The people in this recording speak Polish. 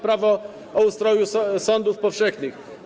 Prawo o ustroju sądów powszechnych.